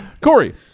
Corey